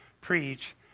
preach